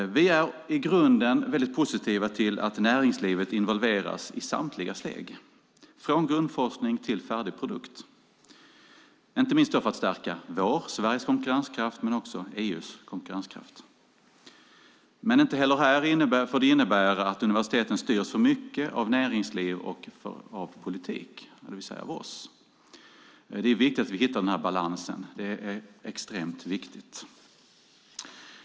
Vi är i grunden mycket positiva till att näringslivet involveras i samtliga steg, från grundforskning till färdig produkt, inte minst för att stärka Sveriges konkurrenskraft och även EU:s konkurrenskraft. Inte heller här får det innebära att universiteten styrs för mycket av näringsliv och politik, det vill säga av oss. Det är extremt viktigt att vi hittar den balansen.